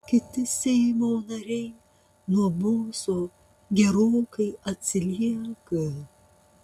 kiti seimo nariai nuo boso gerokai atsilieka